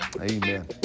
Amen